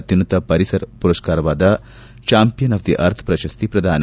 ಅತ್ಯುನ್ನತ ಪರಿಸರ ಪುರಸ್ಕಾರವಾದ ಚಾಂಪಿಯನ್ ಆಫ್ ದಿ ಅರ್ಥ್ ಪ್ರಶಸ್ತಿ ಪ್ರದಾನ